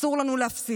אסור לנו להפסיד,